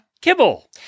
Kibble